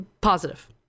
positive